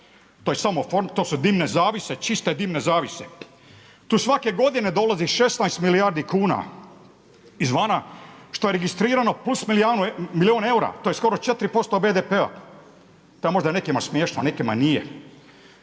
to su dimne zavjese, čiste dimne zavjese. Tu svake godine dolazi 16 milijardi kuna izvana što je registrirano plus milijun eura, to je skoro 4% BDP-a, to je možda nekima smiješno, nekima nije.